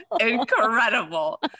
incredible